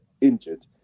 injured